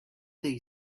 they